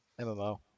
MMO